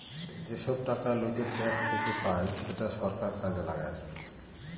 যেসব টাকা লোকের ট্যাক্স থেকে পায় সেটা সরকার কাজে লাগায়